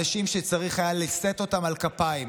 אנשים שצריך היה לשאת אותם על כפיים